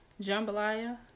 jambalaya